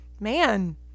man